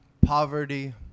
poverty